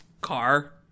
Car